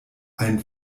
ein